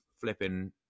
flipping